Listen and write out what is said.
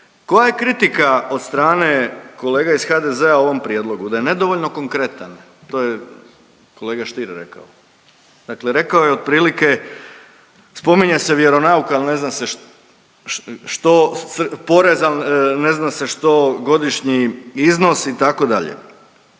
Koja je kritika od strane kolega iz HDZ-a o ovom prijedlogu? Da je nedovoljno konkretan, to je kolega Stier rekao. Dakle rekao je otprilike, spominje se vjeronauk, al ne zna se što porez, ne zna se što godišnji iznos itd..